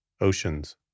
Oceans